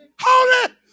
Holy